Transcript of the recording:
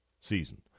season